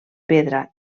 pedra